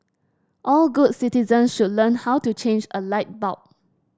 all good citizens should learn how to change a light bulb